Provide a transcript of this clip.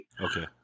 Okay